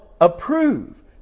approve